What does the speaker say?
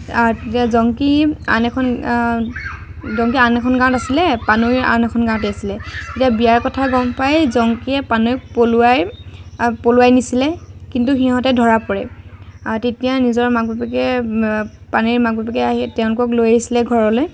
তেতিয়া জংকী আন এখন জংকী আন এখন গাঁৱত আছিলে পানৈ আন এখন গাঁৱতে আছিলে এতিয়া বিয়াৰ কথা গম পাই জংকীয়ে পানৈক পলুৱাই পলুৱাই নিছিলে কিন্তু সিহঁতে ধৰা পৰে আৰু তেতিয়া নিজৰ মাক বাপেকে পানৈৰ মাক বাপেকে আহি তেওঁলোকক লৈ আহিছিলে ঘৰলে